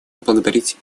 поблагодарить